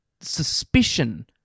suspicion